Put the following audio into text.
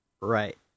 right